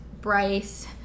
Bryce